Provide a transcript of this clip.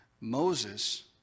Moses